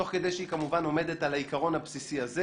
תוך כדי שהיא כמובן עומדת על העיקרון הבסיסי הזה.